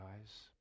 eyes